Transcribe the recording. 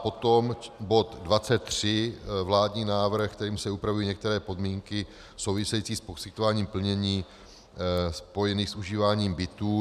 Potom bod 23, vládní návrh, kterým se upravují některé podmínky související s poskytováním plnění spojených s užíváním bytů.